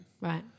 Right